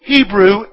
Hebrew